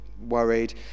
worried